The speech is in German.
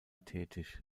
tätig